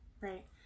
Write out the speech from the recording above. right